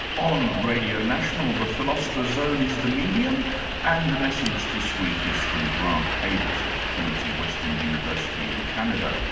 on radio national, the philosopher's zone is the medium and the message this week is from grant havers of trinity western university in canada,